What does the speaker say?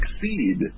succeed